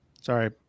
Sorry